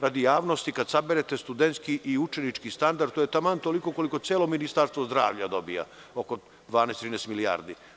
Radi javnosti, kada saberete studentski i učenički standard, to je taman toliko koliko celo Ministarstvo zdravlja dobija, oko 12, 13 milijardi.